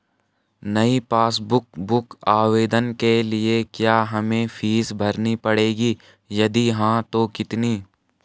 नयी passbook book आवेदन के लिए क्या हमें फीस भरनी पड़ेगी यदि हाँ तो कितनी?